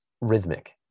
rhythmic